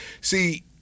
See